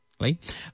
Right